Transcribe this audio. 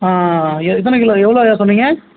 ஆ ஆ ஆ எத்தனை கிலோ எவ்வளோ ஐயா சொன்னீங்கள்